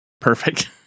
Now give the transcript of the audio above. perfect